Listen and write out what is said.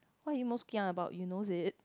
what are you most kia about you knows it